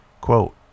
Quote